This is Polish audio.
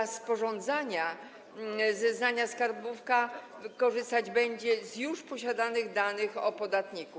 Przy sporządzaniu zeznania skarbówka korzystać będzie z już posiadanych danych o podatniku.